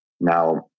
Now